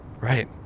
right